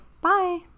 Bye